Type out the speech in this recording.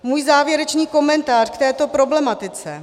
Můj závěrečný komentář k této problematice.